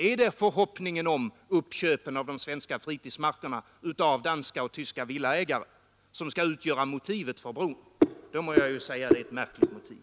Är det förhoppningen om tyska och danska villaägares uppköp av de svenska fritidsmarkerna som skall utgöra motivet för bron? Då må jag säga att det är ett märkligt motiv.